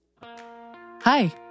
Hi